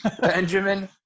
Benjamin